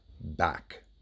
back